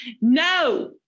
no